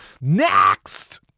Next